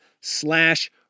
slash